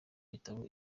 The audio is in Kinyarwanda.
bitabo